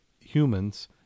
humans